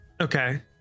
Okay